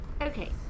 Okay